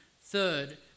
Third